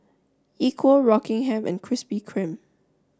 Equal Rockingham and Krispy Kreme